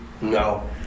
No